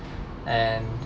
and